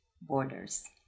borders